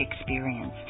experience